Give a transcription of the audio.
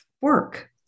work